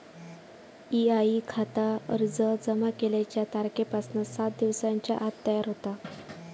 EIE खाता अर्ज जमा केल्याच्या तारखेपासना सात दिवसांच्या आत तयार होता